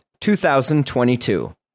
2022